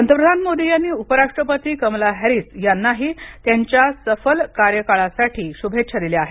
पंतप्रधान मोदी यांनी उपराष्ट्रपती कमला हॅरिस यांना ही त्यांच्या सफल कार्यकालासाठी शुभेच्छा दिल्या आहेत